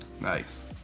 Nice